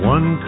One